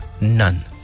None